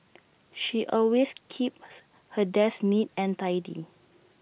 she always keeps her desk neat and tidy